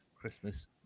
Christmas